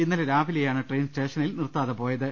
ഇന്നലെ രാവിലെയാണ് ട്രെയിൻ സ്റ്റേഷനിൽ നിർത്താതെ പോയത്